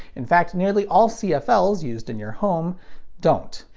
in fact, nearly all cfls used in your home don't.